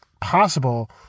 possible